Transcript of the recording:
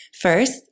First